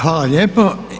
Hvala lijepo.